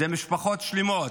אלו משפחות שלמות,